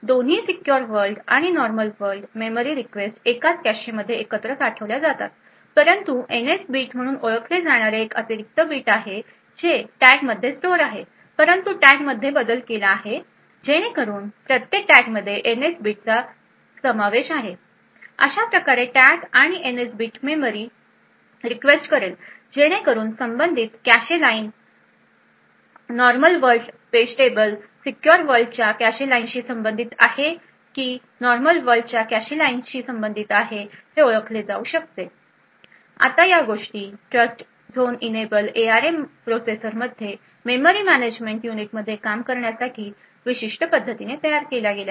दोन्ही secure world तसेच normal world memory request एकाच कॅशेमध्ये एकत्र साठवल्या जातात परंतु एनएस बिट म्हणून ओळखले जाणारे एक अतिरिक्त बिट आहे जे टॅगमध्ये स्टोअर आहे परंतु टॅगमध्ये बदल केला आहे जेणेकरून प्रत्येक टॅगमध्ये एनएस बिटचा देखील समावेश आहे अशा प्रकारे टॅग आणि एनएस बिट मेमरी रिक्वेस्ट करेल जेणेकरून संबंधित cache line normal world page table secure world च्या कॅशे लाइनशी संबंधित आहे की नॉर्मल वर्ल्डच्या कॅशे लाइनशी संबंधित आहे हे ओळखले जाऊ शकते आता या गोष्टी ट्रस्टझोन इनएबल एआरएम प्रोसेसरमध्ये मेमरी मॅनेजमेंट युनिटमध्ये काम करण्यासाठी विशेष पद्धतीने तयार केल्या आहेत